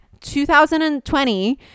2020